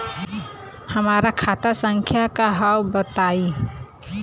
हमार खाता संख्या का हव बताई?